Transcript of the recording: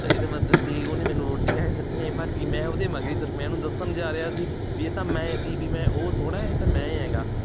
ਤਾਂ ਇਹਦਾ ਮਤਲਬ ਵੀ ਉਹਨੇ ਮੈਨੂੰ ਰੋਟੀ ਐਂ ਸੁੱਟ ਕੇ ਭੱਜ ਗਈ ਮੈਂ ਉਹਦੇ ਮਗਰ ਹੀ ਤੁਰ ਪਿਆ ਉਹਨੂੰ ਦੱਸਣ ਜਾ ਰਿਹਾ ਸੀ ਵੀ ਇਹ ਤਾਂ ਮੈਂ ਸੀ ਵੀ ਮੈਂ ਉਹ ਥੋੜ੍ਹਾ ਇਹ ਤਾਂ ਮੈਂ ਹੈਗਾ